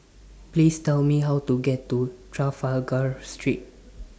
Please Tell Me How to get to Trafalgar Street